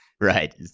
Right